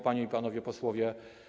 Panie i Panowie Posłowie!